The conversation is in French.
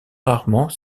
rarement